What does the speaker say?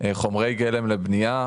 חומרי גלם לבנייה,